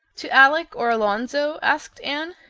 to alec or alonzo? asked anne.